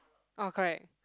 uh correct